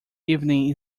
evening